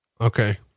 okay